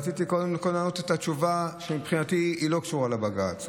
רציתי קודם לענות את התשובה שמבחינתי היא לא קשורה לבג"ץ.